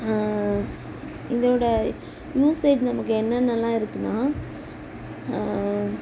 இதோடய யூசேஜ் நமக்கு என்னென்னலாம் இருக்குன்னால்